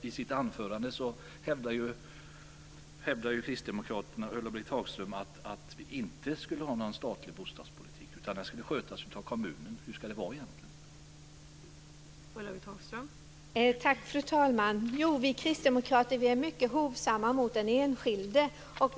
I sitt anförande hävdade Ulla-Britt Hagström att vi inte skulle ha någon statlig bostadspolitik, utan att den skulle skötas av kommunerna. Hur ska ni ha det egentligen?